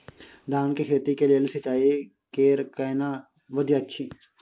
धान के खेती के लेल सिंचाई कैर केना विधी अछि?